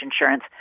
insurance